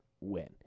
win